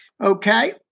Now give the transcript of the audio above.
okay